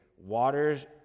waters